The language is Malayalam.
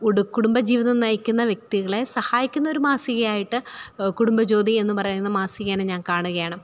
ഉടു കുടുംബ ജീവിതം നയിക്കുന്ന വ്യക്തികളെ സഹായിക്കുന്നൊരു മാസികയായിട്ട് കുടുംബജ്യോതി എന്നു പറയുന്ന മാസികേനെ ഞാൻ കാണുകയാണ്